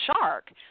shark